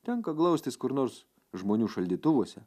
tenka glaustis kur nors žmonių šaldytuvuose